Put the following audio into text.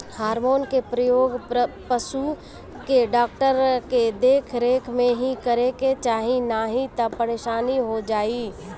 hormone के प्रयोग पशु के डॉक्टर के देख रेख में ही करे के चाही नाही तअ परेशानी हो जाई